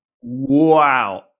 Wow